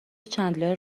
چندلر